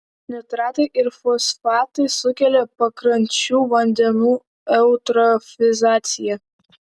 nitratai ir fosfatai sukelia pakrančių vandenų eutrofizaciją